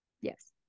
Yes